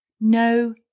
No